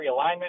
realignment